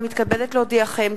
אני מתכבדת להודיעכם,